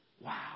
Wow